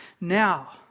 now